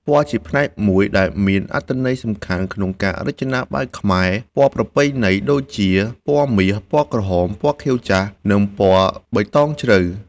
ពណ៌ជាផ្នែកមួយដែលមានអត្ថន័យសំខាន់ក្នុងការរចនាបែបខ្មែរ ពណ៌ប្រពៃណីដូចជា ពណ៌មាស ពណ៌ក្រហម ពណ៌ខៀវចាស់ និងពណ៌បៃតងជ្រៅ។